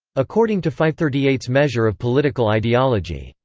according to fivethirtyeight's measure of political ideology,